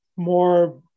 More